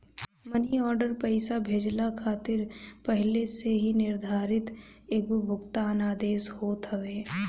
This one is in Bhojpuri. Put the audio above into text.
मनी आर्डर पईसा भेजला खातिर पहिले से निर्धारित एगो भुगतान आदेश होत हवे